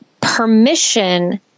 permission